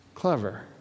Clever